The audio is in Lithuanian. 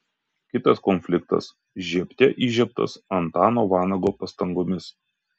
kitas konfliktas žiebte įžiebtas antano vanago pastangomis